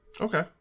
Okay